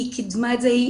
היא קידמה את זה,